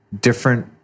different